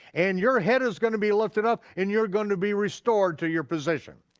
and your head is gonna be lifted up and you're gonna be restored to your position.